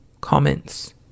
comments